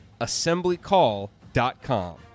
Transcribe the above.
assemblycall.com